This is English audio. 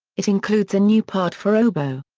it includes a new part for oboe.